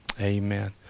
amen